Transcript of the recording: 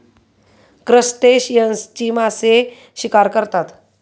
क्रस्टेशियन्सची मासे शिकार करतात